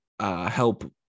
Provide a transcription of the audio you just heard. Help